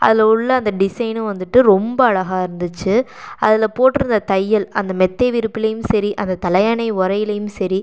அதில் உள்ள அந்த டிசைனும் வந்துட்டு ரொம்ப அழகா இருந்துச்சு அதில் போட்டிருந்த தையல் அந்த மெத்தை விரிப்புலையும் சரி அந்த தலையணை உறையிலையும் சரி